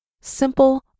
simple